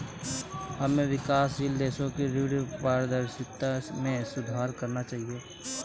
हमें विकासशील देशों की ऋण पारदर्शिता में सुधार करना चाहिए